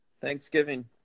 Thanksgiving